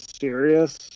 serious